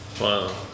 Wow